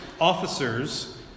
officers